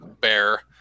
bear